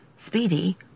Speedy